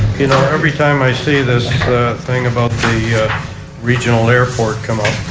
you know every time i see this thing about the regional airport come up,